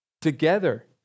Together